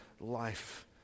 life